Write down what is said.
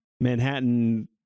Manhattan